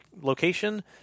location